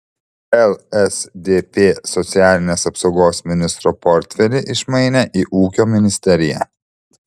lsdp socialinės apsaugos ministro portfelį išmainė į ūkio ministeriją